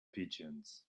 pigeons